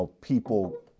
people